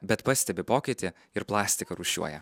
bet pastebi pokytį ir plastiką rūšiuoja